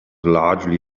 largely